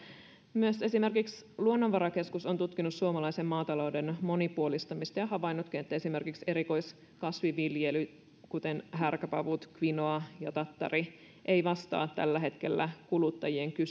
myös esimerkiksi luonnonvarakeskus on tutkinut suomalaisen maatalouden monipuolistamista ja havainnutkin että esimerkiksi erikoiskasvien kuten härkäpapujen kvinoan ja tattarin viljely ei vastaa tällä hetkellä kuluttajien